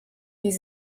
wie